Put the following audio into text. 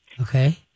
Okay